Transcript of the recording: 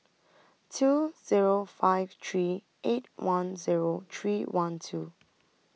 two Zero five three eight one Zero three one two